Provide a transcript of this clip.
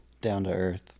down-to-earth